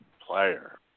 player